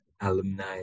alumni